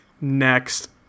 Next